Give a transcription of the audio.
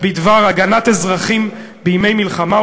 בדבר הגנת אזרחים בימי מלחמה,